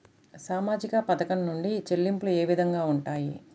సామాజిక పథకం నుండి చెల్లింపులు ఏ విధంగా ఉంటాయి?